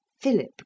Philip